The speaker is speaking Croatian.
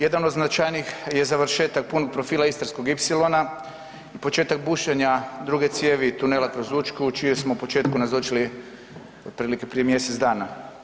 Jedan od značajnijih je završetak punog profila istarskog ipsilona i početak bušenja druge cijevi tunela kroz Učku čijem smo početku nazočili otprilike prije mjesec dana.